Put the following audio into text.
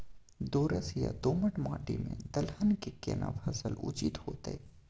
दोरस या दोमट माटी में दलहन के केना फसल उचित होतै?